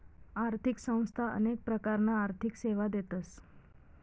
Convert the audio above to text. आर्थिक संस्था अनेक प्रकारना आर्थिक सेवा देतस